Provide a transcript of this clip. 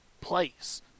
place